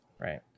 Right